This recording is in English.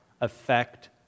affect